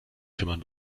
kümmern